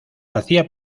hacia